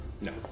No